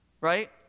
right